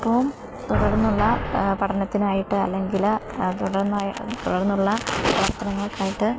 ഇപ്പോഴും തുടർന്നുള്ള പഠനത്തിനായിട്ട് അല്ലെങ്കിൽ തുടർന്ന തുടർന്നുള്ള പ്രവർത്തനങ്ങൾക്കായിട്ട്